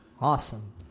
Awesome